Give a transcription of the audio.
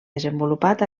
desenvolupat